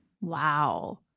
Wow